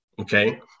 Okay